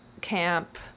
camp